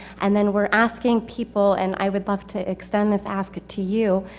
and then we're asking people, and i would love to extend this ask to you,